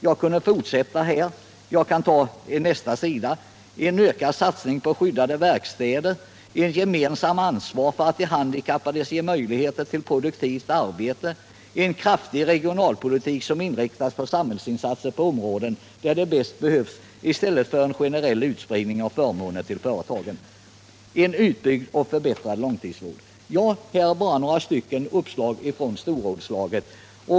Jag kan fortsätta med exempel från nästa sida: Ökad satsning på skyddade verkstäder, gemensamt ansvar för att de handikappade ges möjligheter till produktivt arbete, en kraftig regionalpolitik som inriktas för samhällsinsatser på områden där de bäst behövs i stället för en generell utspridning av förmåner till företagen, en utbyggd och förbättrad långtidsvård. Detta är bara några uppslag från storrådslaget.